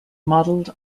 modeled